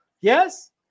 Yes